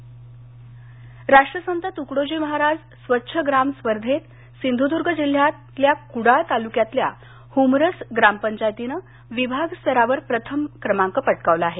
सिंधुदुर्ग राष्ट्रसंत तुकडोजी महाराज स्वच्छ ग्राम स्पर्धेत सिंधुद्ग जिल्ह्यात कुडाळ तालुक्यातल्या हुमरस ग्रामपंचायतनं विभागस्तरावर प्रथम क्रमांक पटकावला हे